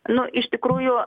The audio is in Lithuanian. nu iš tikrųjų